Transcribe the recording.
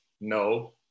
No